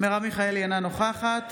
מרב מיכאלי, אינה נוכחת